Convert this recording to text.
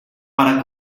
para